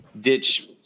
ditch